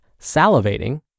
salivating